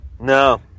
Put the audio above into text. No